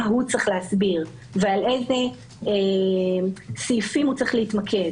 מה הוא צריך להסביר ובאיזה סעיפים הוא צריך להתמקד.